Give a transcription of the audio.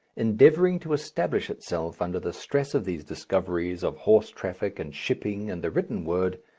endeavouring to establish itself under the stress of these discoveries of horse-traffic and shipping and the written word,